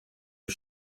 are